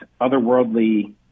otherworldly